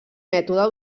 mètode